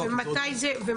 ומתי זה יקרה?